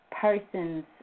Person's